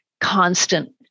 constant